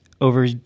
over